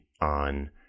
on